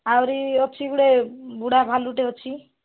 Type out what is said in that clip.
ଆହୁରି ଅଛି ଗୋଟେ ବୁଢ଼ା ଭାଲୁଟେ ଅଛି